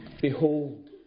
Behold